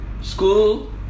school